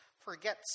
forgets